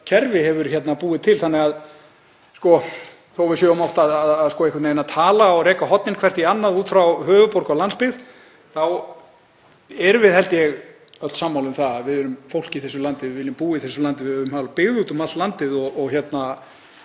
kerfi hefur búið til. Þannig að þótt við séum oft einhvern veginn að tala og reka hornin hvert í annað út frá höfuðborg og landsbyggð þá erum við, held ég, öll sammála um að við erum fólk í þessu landi, við viljum búa í þessu landi, við viljum hafa byggð út um allt landið.